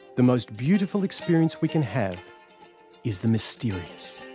the most beautiful experience we can have is the mysterious.